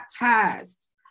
baptized